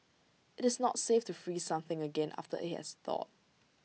IT is not safe to freeze something again after IT has thawed